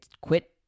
quit